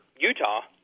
Utah